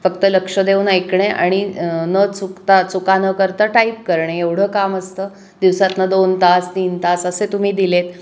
फक्त लक्ष देऊन ऐकणे आणि न चुकता चुका न करता टाईप करणे एवढं काम असतं दिवसातनं दोन तास तीन तास असे तुम्ही दिलेत